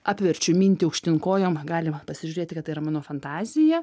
apverčiu mintį aukštyn kojom galima pasižiūrėti kad tai yra mano fantazija